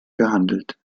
gehandelt